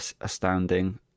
astounding